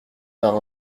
par